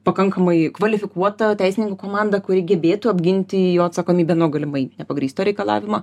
pakankamai kvalifikuotą teisininkų komandą kuri gebėtų apginti jo atsakomybę nuo galimai nepagrįsto reikalavimo